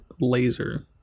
laser